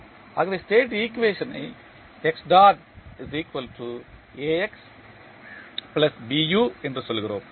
ஆகவே state equation ஐ என்று சொல்கிறோம்